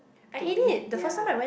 to me ya